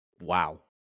Wow